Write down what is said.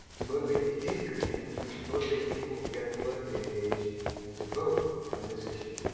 to motivate behavior change, and to motivate people to get politically engaged and to vote on this issue.